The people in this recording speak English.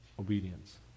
Obedience